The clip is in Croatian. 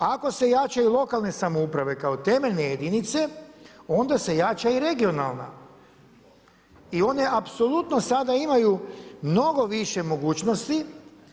Ako se jačaju lokalne samouprave kao temeljne jedinice, onda se jača i regionalna i one apsolutno sada imaju mnogo više mogućnosti